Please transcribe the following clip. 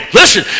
listen